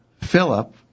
Philip